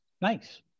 Nice